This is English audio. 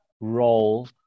role